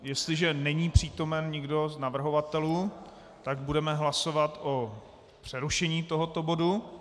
Jestliže není přítomen nikdo z navrhovatelů, tak budeme hlasovat o přerušení tohoto bodu.